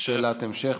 שאלת המשך.